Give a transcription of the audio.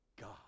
God